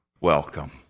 welcome